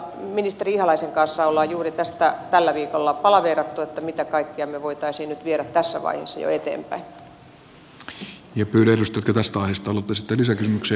ministeri ihalaisen kanssa olemme juuri tästä tällä viikolla palaveeranneet mitä kaikkea me voisimme viedä nyt pystyykö tästä ajasta lukuisten rakennuksen